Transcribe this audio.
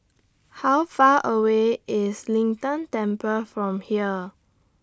How Far away IS Lin Tan Temple from here